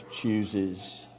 chooses